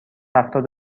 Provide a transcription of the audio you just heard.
هفتاد